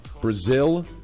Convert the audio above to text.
Brazil